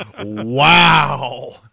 Wow